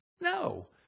No